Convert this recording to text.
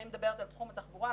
אני מדברת על תחום התחבורה,